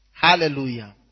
Hallelujah